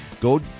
Go